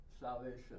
salvation